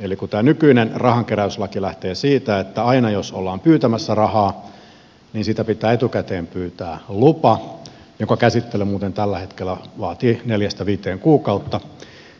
eli tämä nykyinen rahankeräyslaki lähtee siitä että aina jos ollaan pyytämässä rahaa siihen pitää etukäteen pyytää lupa jonka käsittely muuten tällä hetkellä vaatii neljästä viiteen kuukautta